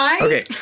Okay